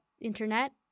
internet